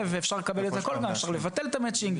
אני צריך לתת גם מאצ'ינג,